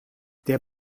der